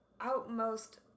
outmost